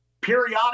periodically